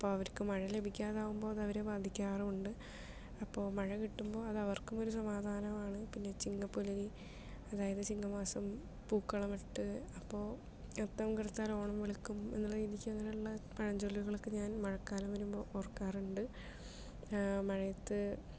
അപ്പോൾ അവർക്ക് മഴ ലഭിക്കാതാവുമ്പോൾ അതവരെ ബാധിക്കാറുണ്ട് അപ്പോൾ മഴ കിട്ടുമ്പോൾ അതവർക്കും ഒരു സമാധാനമാണ് പിന്നെ ചിങ്ങപ്പുലരി അതായത് ചിങ്ങമാസം പൂക്കളമിട്ട് അപ്പോൾ അത്തം കറുത്താലും ഓണം വെളുക്കും എന്നുള്ള രീതിക്കുള്ള പഴഞ്ചൊല്ലുകളൊക്കെ ഞാൻ മഴക്കാലം വരുമ്പോൾ ഓർക്കാറുണ്ട് മഴയത്ത്